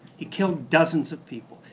he killed dozens of people.